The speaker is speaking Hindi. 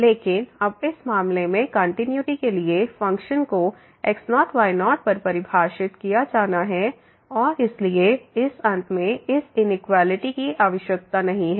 लेकिन अब इस मामले में कंटिन्यूटी के लिए फ़ंक्शन को x0y0 पर परिभाषित किया जाना है और इसलिए इस अंत में इस इनइक्वालिटी की आवश्यकता नहीं है